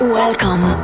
welcome